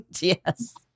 Yes